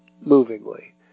movingly